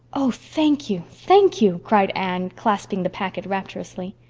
oh, thank you thank you, cried anne, clasping the packet rapturously.